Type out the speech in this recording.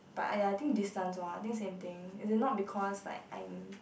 but !aiya! I think distance orh I think same thing as in not because like I'm